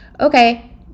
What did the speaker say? okay